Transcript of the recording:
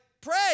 Pray